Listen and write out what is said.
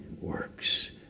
works